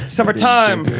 Summertime